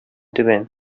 түбән